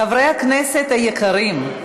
חברי הכנסת היקרים,